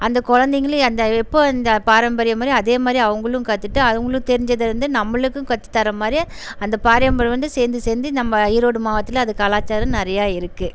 அந்த குழந்தைங்களும் அந்த எப்போது இருந்த பாரம்பரியம் மாதிரி அதேமாதிரி அவங்களும் கத்துட்டு அவங்களுக்கு தெரிஞ்சதை வந்து நம்மளுக்கும் கற்றுத்தர மாதிரி அந்த பாரம்பரியம் வந்து சேர்ந்து சேர்ந்து நம்ம ஈரோடு மாவட்டத்தில் அது கலாச்சாரம் நிறையா இருக்குது